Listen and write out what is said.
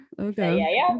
Okay